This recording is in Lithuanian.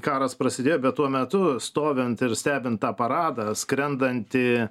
karas prasidėjo bet tuo metu stovint ir stebint tą paradą skrendantį